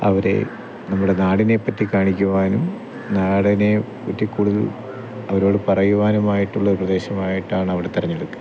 അവരെ നമ്മുടെ നാടിനെപ്പറ്റി കാണിക്കുവാനും നാടിനെപ്പറ്റി കൂടുതൽ അവരോട് പറയുവാനുമായിട്ടുള്ള ഒരു പ്രദേശമായിട്ടാണ് അവിടെ തെരഞ്ഞെടുക്കുക